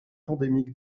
endémique